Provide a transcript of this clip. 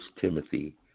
Timothy